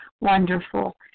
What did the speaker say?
wonderful